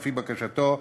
לפי בקשתו,